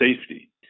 safety